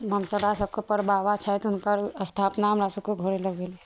हमसब सबके पर बाबा छथि हुनकर स्थापना हमरा सबके घरे लगेलौं